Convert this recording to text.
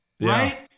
Right